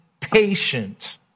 patient